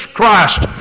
Christ